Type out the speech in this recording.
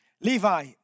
Levi